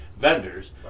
vendors